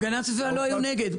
הגנת הסביבה לא היו נגד.